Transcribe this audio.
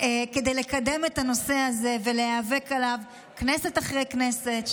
כדי לקדם את הנושא הזה ולהיאבק עליו כנסת אחרי כנסת,